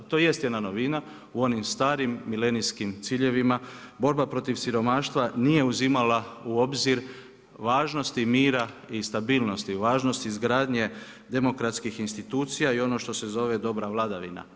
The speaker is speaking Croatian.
To jest jedna novina, u onim starim milenijskim ciljevima, borba protiv siromaštva nije uzimala u obzir važnosti mira i stabilnosti, važnosti izgradnje demokratskih institucija i ono što se zove dobra vladavina.